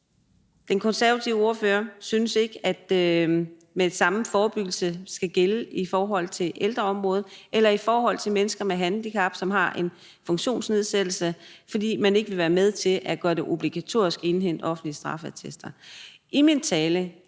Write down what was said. Den konservative ordfører synes ikke, at den samme forebyggelse skal gælde i forhold til ældreområdet eller i forhold til mennesker med handicap, som har en funktionsnedsættelse, fordi man ikke vil være med til at gøre det obligatorisk at indhente offentlige straffeattester.